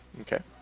Okay